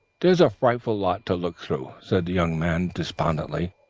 there's a frightful lot to look through, said the young man despondently,